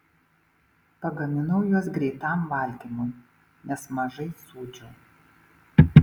pagaminau juos greitam valgymui nes mažai sūdžiau